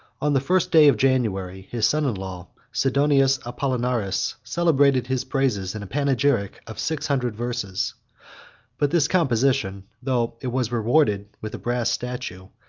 on the first day of january, his son-in-law, sidonius apollinaris, celebrated his praises in a panegyric of six hundred verses but this composition, though it was rewarded with a brass statue,